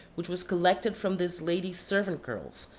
which was collected from this lady's servant girls,